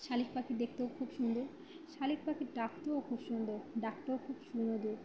শালিক পাখি দেখতেও খুব সুন্দর শালিক পাখির ডাকতেও খুব সুন্দর ডাকটাও খুব সুন্দর